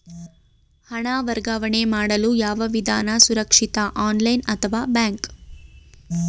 ಹಣ ವರ್ಗಾವಣೆ ಮಾಡಲು ಯಾವ ವಿಧಾನ ಸುರಕ್ಷಿತ ಆನ್ಲೈನ್ ಅಥವಾ ಬ್ಯಾಂಕ್?